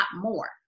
more